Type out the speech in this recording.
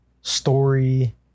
story